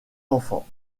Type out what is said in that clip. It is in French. enfants